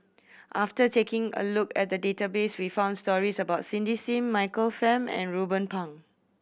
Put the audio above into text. after taking a look at the database we found stories about Cindy Sim Michael Fam and Ruben Pang